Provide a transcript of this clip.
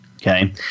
Okay